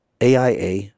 AIA